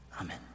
Amen